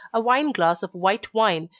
a wine glass of white wine,